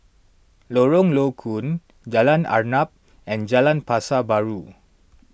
Lorong Low Koon Jalan Arnap and Jalan Pasar Baru